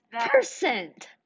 percent